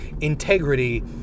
integrity